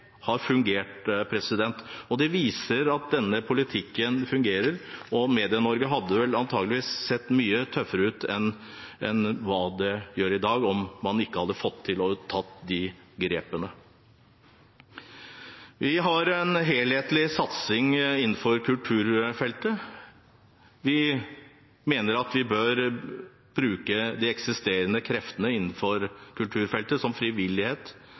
viser at denne politikken fungerer, og Medie-Norge hadde antakeligvis sett mye tøffere ut enn hva det gjør i dag, om man ikke hadde fått til å ta de grepene. Vi har en helhetlig satsing innenfor kulturfeltet. Vi mener vi bør bruke de eksisterende kreftene innenfor kulturfeltet, som frivillighet,